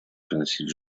приносить